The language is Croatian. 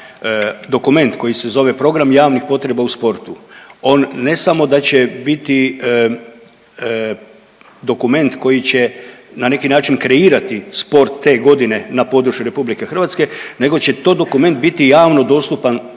dokument koji se zove Program javnih potreba u sportu on ne samo da će biti dokument koji će na neki način kreirati sport te godine na području RH nego će to dokument biti javno dostupan